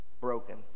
broken